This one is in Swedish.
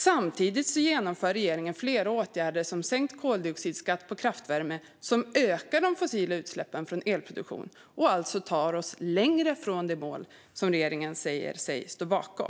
Samtidigt genomför regeringen flera åtgärder, som sänkt koldioxidskatt på kraftvärme, som ökar de fossila utsläppen från elproduktion och alltså tar oss längre från det mål som regeringen säger sig stå bakom.